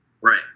Right